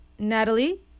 Natalie